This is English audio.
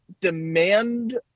demand